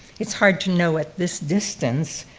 it's hard to know at this distance,